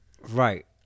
Right